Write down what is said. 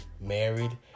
married